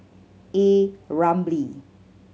A Ramli